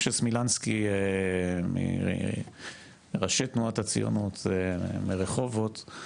משה סמילנסקי מראשי תנועת הציונות מרחובות,